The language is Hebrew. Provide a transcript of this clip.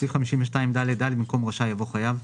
בסעיף 52ד(ד), במקום "רשאי" יבוא "חייב".